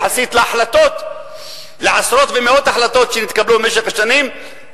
יחסית לעשרות ומאות החלטות שהתקבלו במשך השנים,